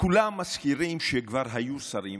כולם מזכירים שכבר היו שרים.